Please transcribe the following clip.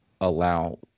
allow